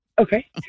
Okay